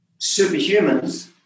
superhumans